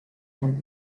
and